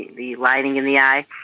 the the lighting in the eye,